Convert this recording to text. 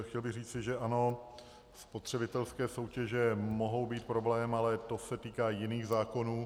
Chtěl bych říci, že ano, spotřebitelské soutěže mohou být problém, ale to se týká jiných zákonů.